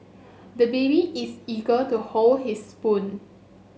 the baby is eager to hold his spoon